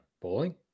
Bowling